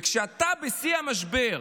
וכשאתה, בשיא המשבר,